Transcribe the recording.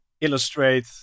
illustrate